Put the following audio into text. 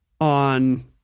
on